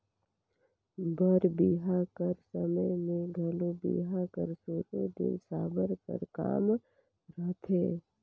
बर बिहा कर समे मे घलो बिहा कर सुरू दिन साबर कर काम रहथे